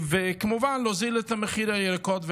וכמובן, להוזיל את הירקות.